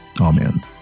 Amen